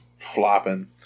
flopping